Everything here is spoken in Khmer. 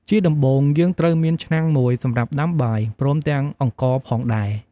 ជាដំបូង យើងត្រូវមានឆ្នាំងមួយសម្រាប់ដាំបាយ ព្រមទាំងអង្ករផងដែរ។